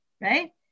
Right